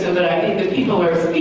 i think the people are speaking,